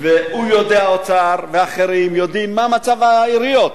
והוא יודע, האוצר, ואחרים יודעים מה מצב העיריות.